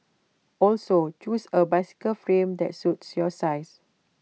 also choose A bicycle frame that suits your size